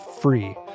free